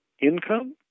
income